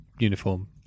Uniform